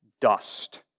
dust